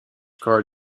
car